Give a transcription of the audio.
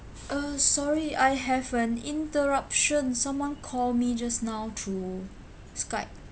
uh sorry I have an interruption someone call me just now through skype